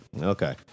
Okay